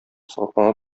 саклана